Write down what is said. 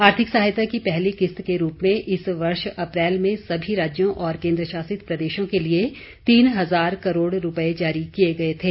आर्थिक सहायता की पहली किस्त के रूप में इस वर्ष अप्रैल में समी राज्यों और केन्द्रशासित प्रदेशों के लिए तीन हजार करोड़ रूपये जारी किये थे